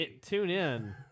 TuneIn